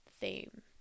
theme